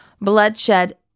Bloodshed